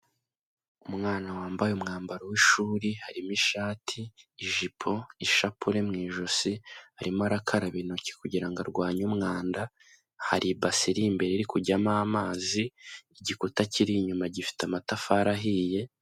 Umwana wambaye umwambaro w'ishuri harimo:ishati, ijipo, ishapule mu ijosi, arimo arakaraba intoki kugira arwanye umwanda, hari basiri imbere iri kujyamo amazi, igikuta kiri inyuma gifite amatafari ahiye.